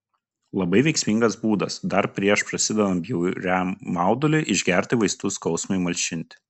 labai veiksmingas būdas dar prieš prasidedant bjauriam mauduliui išgerti vaistų skausmui malšinti